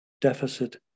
Deficit